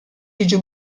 jiġu